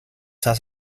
has